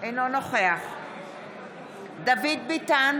אינו נוכח דוד ביטן,